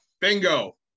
Bingo